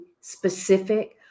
specific